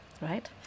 right